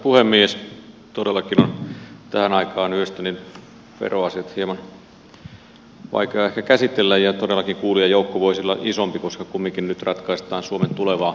todellakin on tähän aikaan yöstä veroasioita hieman vaikea ehkä käsitellä ja todellakin kuulijajoukko voisi olla isompi koska kumminkin nyt ratkaistaan suomen tulevaa näkymää